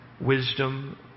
wisdom